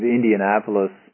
Indianapolis